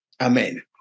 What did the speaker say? Amen